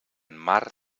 mar